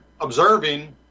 observing